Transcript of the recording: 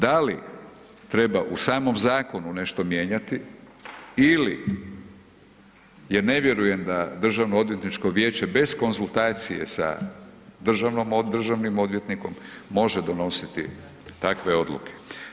Da li treba u samom zakonu nešto mijenjati ili ja ne vjerujem da Državno-odvjetničko vijeće bez konzultacije sa državnim odvjetnikom može donositi takve odluke.